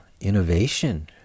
innovation